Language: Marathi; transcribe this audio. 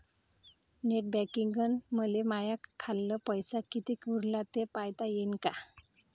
नेट बँकिंगनं मले माह्या खाल्ल पैसा कितीक उरला थे पायता यीन काय?